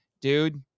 dude